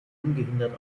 ungehindert